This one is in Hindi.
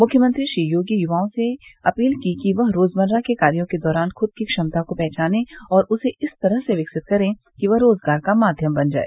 मुख्यमंत्री श्री योगी युवाओं से अपील की है कि वह रोजमर्रा के कार्यो के दौरान खद की क्षमता को पहचाने और उसे इस तरह से विकसित करें कि वह रोजगार का माध्यम बन जाए